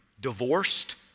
divorced